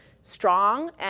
strong